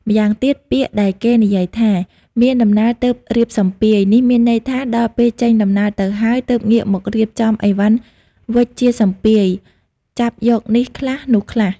ម្យ៉ាងទៀតពាក្យដែលគេនិយាយថា មានដំណើរទើបរៀបសម្ពាយ នេះមានន័យថា ដល់ពេលចេញដំណើរទៅហើយ ទើបងាកមករៀបចំឥវ៉ាន់វេចជាសម្ពាយ ចាប់យកនេះខ្លះ នោះខ្លះ ។